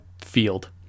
field